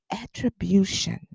attribution